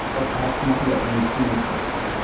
but, perhaps, not yet a new payment system.